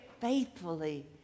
faithfully